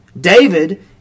David